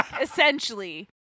Essentially